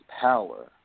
power